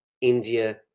India